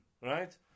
Right